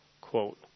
quote